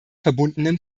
verbundenen